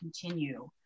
continue